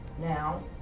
now